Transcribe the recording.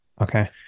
Okay